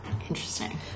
Interesting